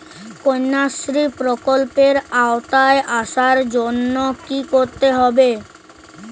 কন্যাশ্রী প্রকল্পের আওতায় আসার জন্য কী করতে হবে?